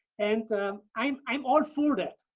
and i'm i'm all for that!